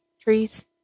trees